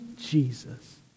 Jesus